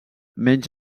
menys